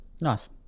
Nice